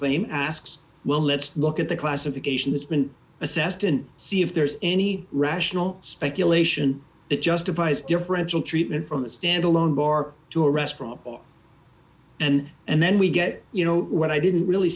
claim asks well let's look at the classification that's been assessed and see if there's any rational speculation that justifies differential treatment from a stand alone bar to a restaurant and and then we get you know what i didn't really